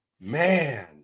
man